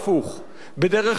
בדרך של השלום,